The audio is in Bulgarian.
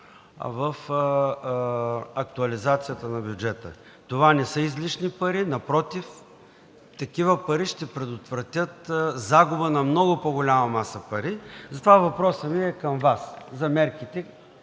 в актуализацията на бюджета. Това не са излишни пари, напротив, такива пари ще предотвратят загуба на много по-голяма маса пари. Затова въпросът ми към Вас е за мерките